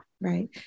Right